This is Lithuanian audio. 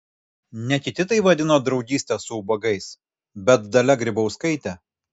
ne kiti tai vadino draugyste su ubagais bet dalia grybauskaitė